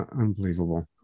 Unbelievable